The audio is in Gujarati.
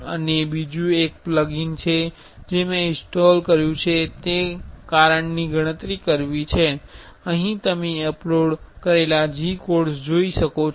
અને બીજું એક પ્લગિન જે મેં ઇન્સ્ટોલ કર્યું છે તે કારણની ગણતરી કરવી છે અહીં તમે અપલોડ કરેલા G કોડ્સ જોઇ શકો છો